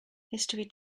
history